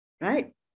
right